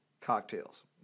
cocktails